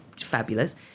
fabulous